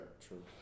True